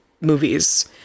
movies